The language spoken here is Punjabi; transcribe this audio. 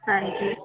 ਹਾਂਜੀ